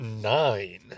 nine